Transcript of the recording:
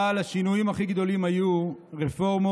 אבל השינויים הכי גדולים היו רפורמות